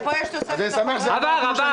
עבר.